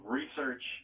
research